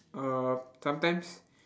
uh sometimes